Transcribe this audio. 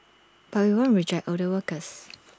but we won't reject older workers